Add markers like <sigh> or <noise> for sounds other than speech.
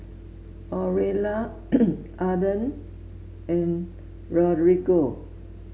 Aurelia <noise> Arlen and Rodrigo